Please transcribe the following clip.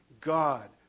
God